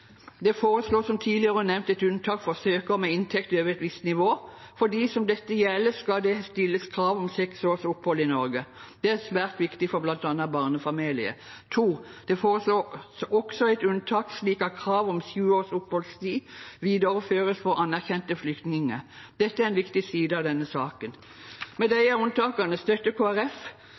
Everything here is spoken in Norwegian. Det foreslås, som tidligere nevnt, et unntak for søkere med inntekt over et visst nivå. For dem dette gjelder, skal det stilles krav om seks års opphold i Norge. Det er svært viktig for bl.a. barnefamilier. Det foreslås også et unntak slik at krav om sju års oppholdstid videreføres for anerkjente flyktninger. Dette er en viktig side av denne saken. Med disse unntakene støtter